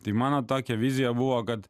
tai mano tokia vizija buvo kad